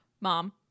Mom